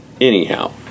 Anyhow